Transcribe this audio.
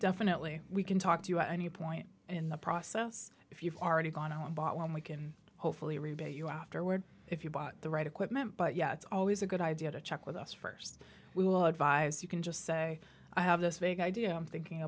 definitely we can talk to any point in the process if you've already gone and bought one we can hopefully rebate you afterwards if you bought the right equipment but yeah it's always a good idea to check with us first we will advise you can just say i have this vague idea i'm thinking